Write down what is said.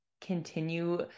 continue